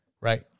Right